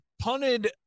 punted